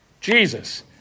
Jesus